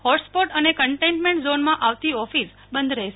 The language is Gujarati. હોટસ્પોટ અને કન્ટેન્ટમેન્ટ ઝોનમાં આવતી ઓફિસ બંધ રહેશે